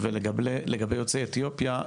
ולגבי יוצאי אתיופיה,